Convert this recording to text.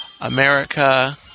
America